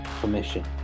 permission